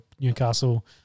Newcastle